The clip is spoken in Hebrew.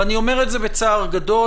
ואני אומר את זה בצער גדול,